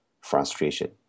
frustration